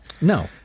No